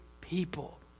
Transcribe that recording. people